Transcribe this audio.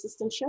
assistantship